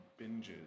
binges